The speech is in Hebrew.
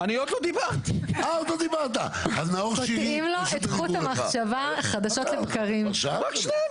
לפחות במה שדיברתם, שאני חושב שצריך להתעסק